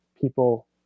people